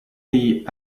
the